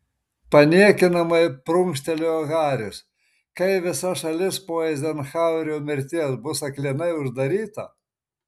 paniekinamai prunkštelėjo haris kai visa šalis po eizenhauerio mirties bus aklinai uždaryta